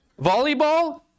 Volleyball